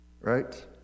Right